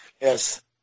yes